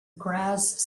graz